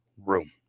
room